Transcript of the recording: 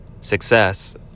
success